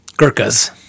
Gurkhas